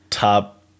Top